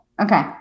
Okay